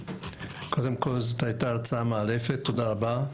קודם כל, זאת היתה הרצאה מאלפת, תודה רבה.